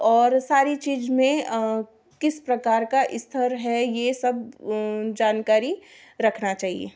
और सारी चीज़ में किस प्रकार का स्तर है यह सब जानकारी रखना चाहिए